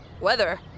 weather